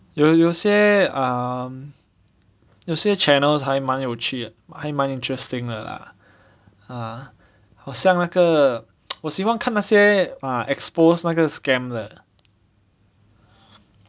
有有些 um 有些 channels 还蛮有趣的还蛮 interesting 的 lah ah 好像那个 我喜欢看那些 ah expose 那个 scam 的